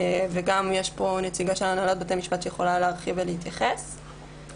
נמצאת אתנו נציגה של הנהלת בתי המשפט שיכולה להרחיב ולהתייחס לזה.